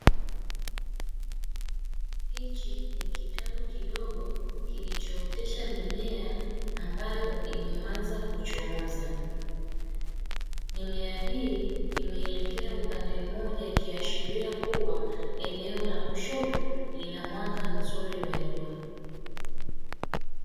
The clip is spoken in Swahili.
Hichi ni kitalu kidogo kilichootesha mimea ambayo imeanza kuchomoza. Mimea hii imeelekea upande mmoja, ikiashiria kuwa eneo la kushoto lina mwanga mzuri wa jua.